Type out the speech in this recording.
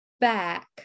back